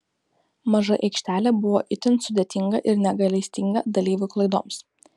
maža aikštelė buvo itin sudėtinga ir negailestinga dalyvių klaidoms